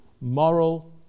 moral